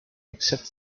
except